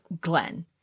Glenn